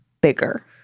bigger